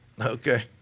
Okay